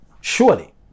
surely